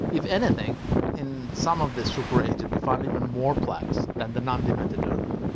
if anything in some of the super-aged we find even more plaques than the non-demented elderly.